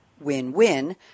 win-win